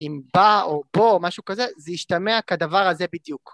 אם בא או בוא או משהו כזה זה השתמע כדבר הזה בדיוק